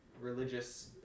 religious